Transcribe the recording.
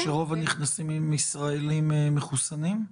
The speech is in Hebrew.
שרוב הנכנסים הם ישראלים מחוסנים?